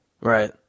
Right